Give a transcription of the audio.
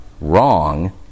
wrong